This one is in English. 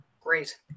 Great